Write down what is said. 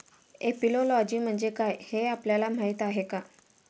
Apiology म्हणजे काय, हे आपल्याला माहीत आहे का?